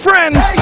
friends